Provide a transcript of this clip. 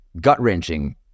gut-wrenching